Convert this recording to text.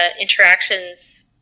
interactions